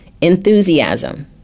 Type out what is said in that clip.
Enthusiasm